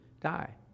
die